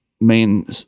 main